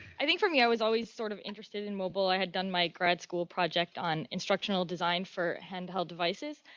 i think for me, i was always sort of interested in mobile. i had done my grad school project on instructional design for handheld devices.